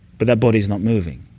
but that body's not moving.